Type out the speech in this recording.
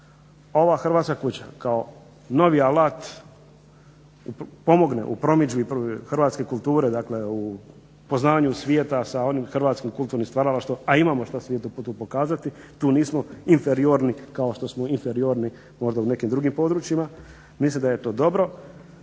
ova Hrvatska kuća kao novi alat pomogne u promidžbi hrvatske kulture, dakle u poznavanju svijeta sa onim hrvatskim kulturnim stvaralaštvom, a imamo što svijetu pokazati. Tu nismo inferiorni kao što smo inferiorni možda u nekim drugim područjima. Mislim da je to dobro.